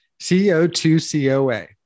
CO2COA